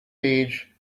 page